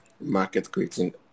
market-creating